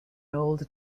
old